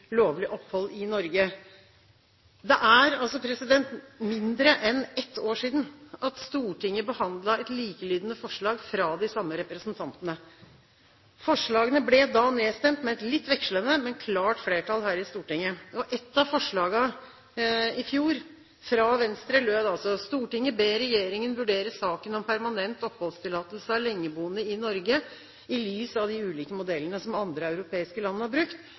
lovlig opphold i Norge. Det er mindre enn ett år siden Stortinget behandlet likelydende forslag fra de samme representantene. Forslagene ble da nedstemt med et litt vekslende, men klart flertall her i Stortinget. Ett av forslagene fra Venstre i fjor lød altså slik: «Stortinget ber regjeringen vurdere saken om permanent oppholdstillatelse av lengeboende i Norge i lys av de ulike modellene som andre europeiske land har brukt.»